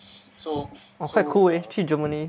oh quite cool eh 去 Germany